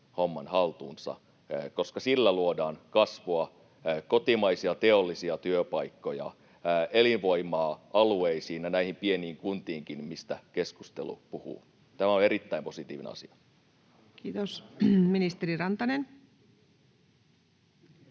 homman haltuunsa, koska sillä luodaan kasvua, kotimaisia teollisia työpaikkoja, elinvoimaa alueisiin ja näihin pieniin kuntiinkin, mistä keskustelu puhuu. Tämä on erittäin positiivinen asia. [Mika Karin